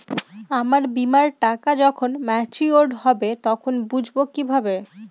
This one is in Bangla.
আমার বীমার টাকা যখন মেচিওড হবে তখন বুঝবো কিভাবে?